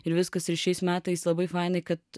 ir viskas ir šiais metais labai fainai kad